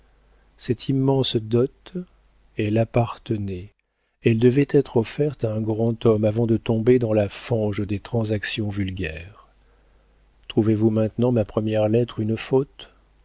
cette immense dot elle appartenait elle devait être offerte à un grand homme avant de tomber dans la fange des transactions vulgaires trouvez-vous maintenant ma première lettre une faute